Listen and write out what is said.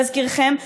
להזכירכם,